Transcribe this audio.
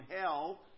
hell